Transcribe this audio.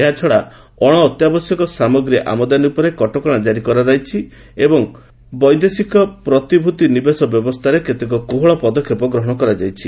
ଏହାଛଡା ଅଣ ଅତ୍ୟାବଶ୍ୟକ ସାମଗ୍ରୀ ଆମଦାନୀ ଉପରେ କଟକଣା ଜାରି କରାଯାଇଛି ଏବଂ ବୈଦେଶିକ ପ୍ରତିଭୂତିନିବେଶ ବ୍ୟବସ୍ଥାରେ କେତେକ କୋହଳ ପଦକ୍ଷେପ ଗ୍ରହଣ କରାଯାଇଛି